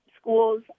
schools